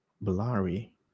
Blurry